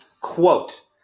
Quote